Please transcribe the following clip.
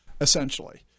essentially